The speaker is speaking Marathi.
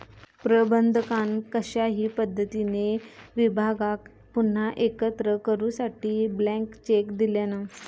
प्रबंधकान कशाही पद्धतीने विभागाक पुन्हा एकत्र करूसाठी ब्लँक चेक दिल्यान